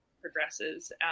progresses